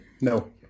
no